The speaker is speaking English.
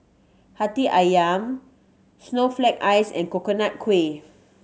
Hati Ayam snowflake ice and Coconut Kuih